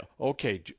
okay